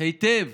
היטב